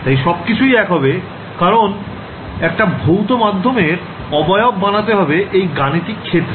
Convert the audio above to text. তাই সবকিছুই ১ হবে কারণ একটা ভৌত মাধ্যম এর অবয়ব বানাতে হবে এই গাণিতিক ক্ষেত্রে